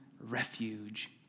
refuge